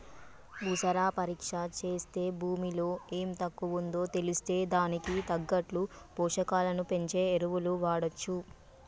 భూసార పరీక్ష చేస్తే భూమిలో ఎం తక్కువుందో తెలిస్తే దానికి తగ్గట్టు పోషకాలను పెంచే ఎరువులు వాడొచ్చు